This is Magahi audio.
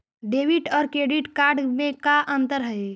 डेबिट और क्रेडिट कार्ड में का अंतर हइ?